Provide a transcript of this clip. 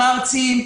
מרצים,